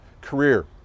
career